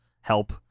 help